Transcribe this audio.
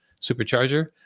supercharger